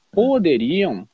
poderiam